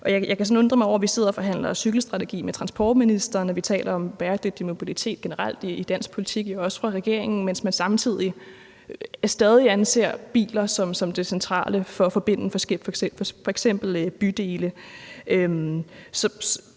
og forhandler cykelstrategi med transportministeren, og at vi generelt i dansk politik taler om bæredygtig mobilitet, også fra regeringen, mens man samtidig stadig anser biler som det centrale for at forbinde f.eks. bydele.